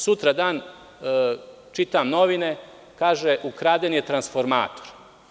Sutradan čitam novine i piše: ukraden je transformator.